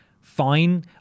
fine